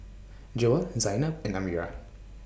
Joyah Zaynab and Amirah